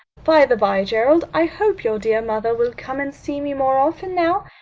by-the-by, gerald, i hope your dear mother will come and see me more often now.